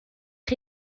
chi